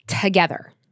together